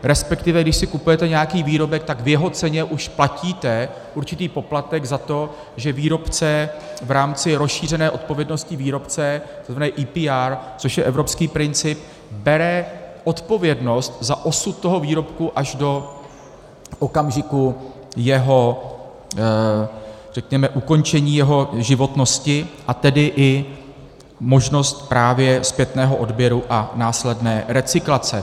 Respektive když si kupujete nějaký výrobek, tak v jeho ceně už platíte určitý poplatek za to, že výrobce v rámci rozšířené odpovědnosti výrobce, tzn. EPR, což je evropský princip, bere odpovědnost za osud toho výrobku až do okamžiku ukončení jeho životnosti, a tedy i možnost právě zpětného odběru a následné recyklace.